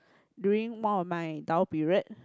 during one of my down period